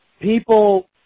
people